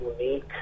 unique